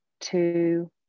two